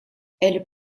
elle